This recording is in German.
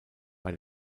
bei